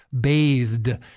bathed